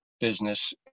business